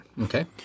okay